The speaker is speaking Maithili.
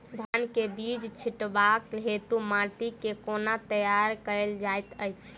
धान केँ बीज छिटबाक हेतु माटि केँ कोना तैयार कएल जाइत अछि?